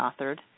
authored